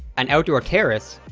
an outdoor terrace,